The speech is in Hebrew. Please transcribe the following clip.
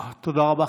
תודה רבה.